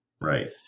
right